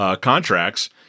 contracts